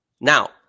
Now